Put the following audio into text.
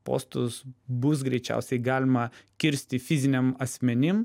postus bus greičiausiai galima kirsti fiziniam asmenim